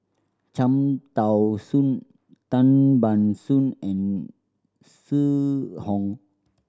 Cham Tao Soon Tan Ban Soon and Zhu Hong